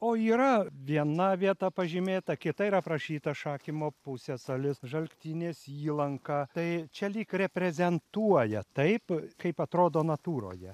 o yra viena vieta pažymėta kita yra aprašyta šakymo pusiasalis žaltynės įlanka tai čia lyg reprezentuoja taip kaip atrodo natūroje